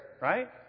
right